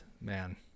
man